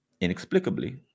inexplicably